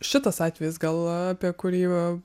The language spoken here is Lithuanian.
šitas atvejis gal apie kurį